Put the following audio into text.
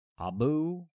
Abu